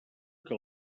que